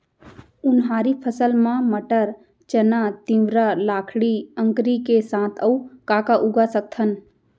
उनहारी फसल मा मटर, चना, तिंवरा, लाखड़ी, अंकरी के साथ अऊ का का उगा सकथन?